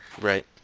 Right